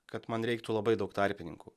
kad man reiktų labai daug tarpininkų